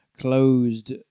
closed